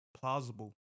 plausible